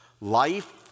Life